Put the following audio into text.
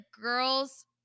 girls